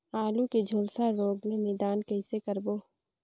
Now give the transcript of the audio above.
आलू के झुलसा रोग ले निदान कइसे करबो?